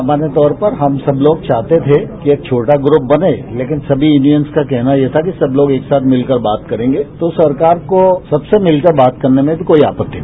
सामान्य तौर पर हम सब लोग चाहते थे कि यह छोटा ग्रूप बने लेकिन सभी यूनियंस का कहना यह था कि सब लोग एक साथ मिलकर बात करेंगे तो सरकार को सब से मिलकर बात करने में भी कोई आपत्ति नहीं